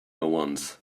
once